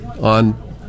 on